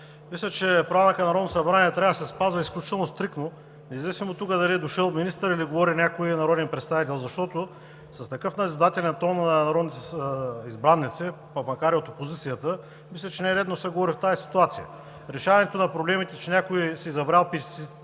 мисля, че Правилникът на Народното събрание трябва да се спазва изключително стриктно, независимо дали тук е дошъл министър или някой народен представител, защото с такъв назидателен тон от народните избраници, па макар и от опозицията, мисля, че не е редно да се говори в тази ситуация. Решаването на проблемите, че някой си е